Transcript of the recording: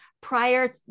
prior